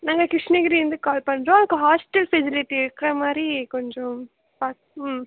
நாங்கள் கிருஷ்ணகிரிலருந்து கால் பண்ணுறோம் க ஹாஸ்டல் ஃபெசிலிட்டி இருக்கிற மாதிரி கொஞ்சம் பாக் ம்